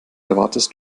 erwartest